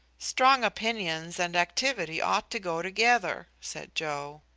strong opinions and activity ought to go together, said joe.